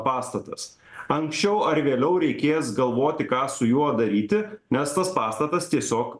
pastatas anksčiau ar vėliau reikės galvoti ką su juo daryti nes tas pastatas tiesiog